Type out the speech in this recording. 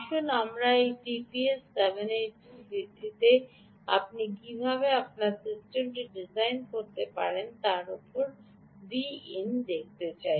আসুন আমরা দেখুন এই টিপিএস 780 এর ভিত্তিতে আপনি কীভাবে আপনার সিস্টেমটি ডিজাইন করতে পারেন তিনি কী বলেন যে আপনাকে vin নিতে হবে